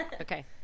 Okay